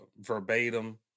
Verbatim